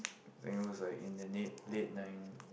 think it was in the late late nine